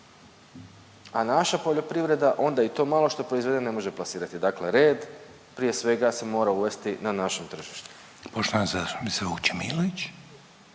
a naša poljoprivreda onda i to malo što proizvede ne može plasirati. Dakle red prije svega se mora uvesti na našem tržištu. **Reiner, Željko